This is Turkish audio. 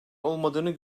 olmadığını